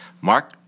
Mark